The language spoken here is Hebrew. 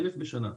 1,000 בשנה.